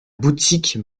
boutique